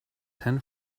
ten